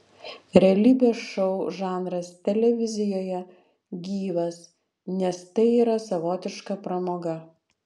realybės šou žanras televizijoje gyvas nes tai yra savotiška pramoga